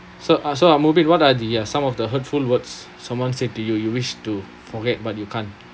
so uh so ah mubin what are the uh some of the hurtful words someone said to you you wish to forget but you can't